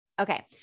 Okay